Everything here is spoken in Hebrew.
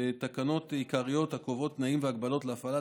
ותקנות עיקריות הקובעות תנאים והגבלות להפעלת